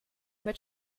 mit